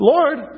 Lord